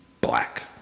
black